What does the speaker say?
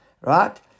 Right